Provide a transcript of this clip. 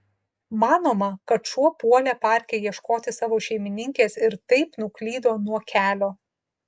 manoma kad šuo puolė parke ieškoti savo šeimininkės ir taip nuklydo nuo kelio